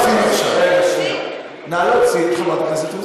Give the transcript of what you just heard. את זה אני מקבל.